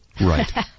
right